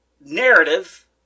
narrative